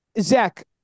Zach